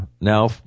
now